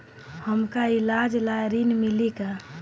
हमका ईलाज ला ऋण मिली का?